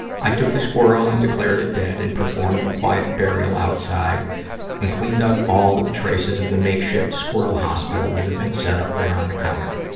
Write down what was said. i took the squirrel and declared it dead and performed the quiet burial outside and cleaned up all of the traces of the makeshift squirrel hospital that had been set up there on the counter.